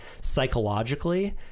psychologically